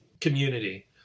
community